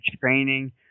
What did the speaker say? training